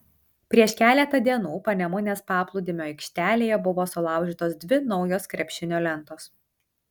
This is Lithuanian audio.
prieš keletą dienų panemunės paplūdimio aikštelėje buvo sulaužytos dvi naujos krepšinio lentos